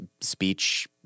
speech